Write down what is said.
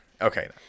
Okay